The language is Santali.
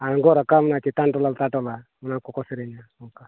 ᱟᱬᱜᱚ ᱨᱟᱠᱟᱵᱱᱟ ᱪᱮᱛᱟᱱ ᱴᱚᱞᱟ ᱞᱟᱛᱟᱨ ᱴᱚᱞᱟ ᱚᱱᱟ ᱠᱚᱠᱚ ᱥᱮᱨᱮᱧᱟ ᱚᱱᱠᱟ